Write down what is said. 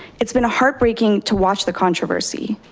it's been heartbreaking to watch the controversy.